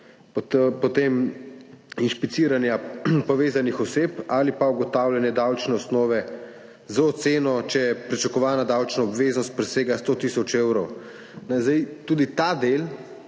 evrov, inšpiciranje povezanih oseb ali pa ugotavljanje davčne osnove z oceno, če pričakovana davčna obveznost presega 100 tisoč evrov. Tudi ta del